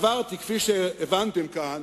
עברתי, כפי שהבנתם כאן,